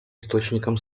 источником